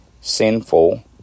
sinful